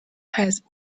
has